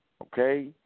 okay